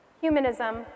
Humanism